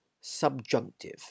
subjunctive